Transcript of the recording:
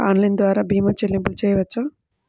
Online ద్వార భీమా చెల్లింపులు చేయవచ్చా?